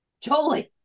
Jolie